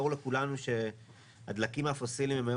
ברור לכולנו שהדלקים הפוסילים הם היום